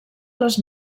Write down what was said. les